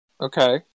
Okay